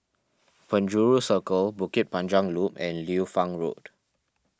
Penjuru Circle Bukit Panjang Loop and Liu Fang Road